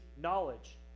knowledge